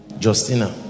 Justina